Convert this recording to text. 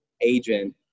agent